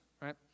right